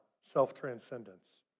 self-transcendence